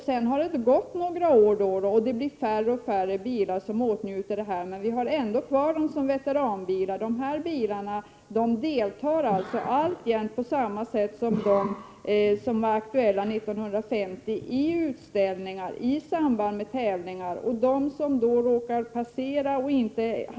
Sedan har det gått några år och färre och färre bilar åtnjuter denna befrielse. Men de är ju fortfarande veteranbilar, när de är 30 år gamla och mer. De deltar i tävlingar och utställningar på samma sätt som bilar av årsmodell 1950 och äldre.